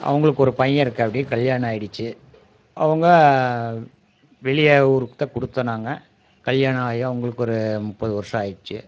அவங்களுக்கு ஒரு பையன் இருக்காப்புடி கல்யாணம் ஆகிடுச்சி அவங்க வெளியே ஊருக்கு தான் கொடுத்தோம் நாங்கள் கல்யாணம் ஆகியும் அவங்களுக்கு ஒரு முப்பது வர்ஷம் ஆயிடுச்சி